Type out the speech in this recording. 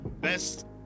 best